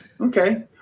Okay